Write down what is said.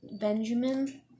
Benjamin